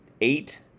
eight